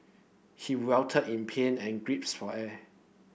he writhed in pain and grips for air